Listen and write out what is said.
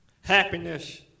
Happiness